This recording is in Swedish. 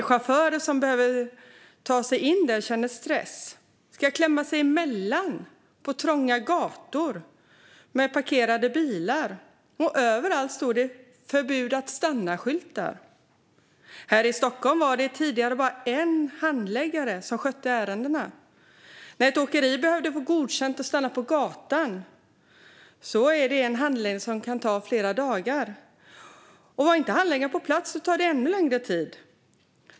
De chaufförer som behöver ta sig in där känner stress. De ska klämma sig in på trånga gator med parkerade bilar, och överallt står det skyltar om stoppförbud. Här i Stockholm var det tidigare en ensam handläggare som skötte ärendena. När ett åkeri behövde få godkänt att stanna på gatan blev det en handläggning som kunde ta flera dagar. Var inte handläggaren på plats tog det längre tid.